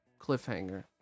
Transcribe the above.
cliffhanger